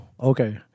Okay